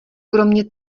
kromě